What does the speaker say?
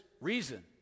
reason